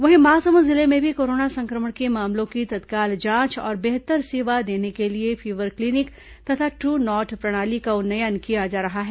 वहीं महासमुंद जिले में भी कोरोना संक्रमण के मामलों की तत्काल जांच और बेहतर सेवा देने के लिए फीवर क्लीनिक तथा ट्रू नॉट प्रणाली का उन्नयन किया जा रहा है